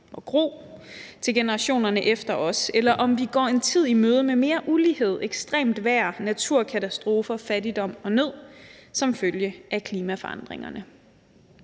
og gro, til generationerne efter os, eller om vi går en tid i møde med mere ulighed, ekstremt vejr, naturkatastrofer, fattigdom og nød som følge af klimaforandringerne.